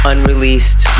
Unreleased